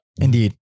Indeed